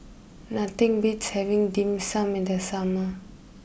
nothing beats having Dim Sum in the summer